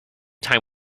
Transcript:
time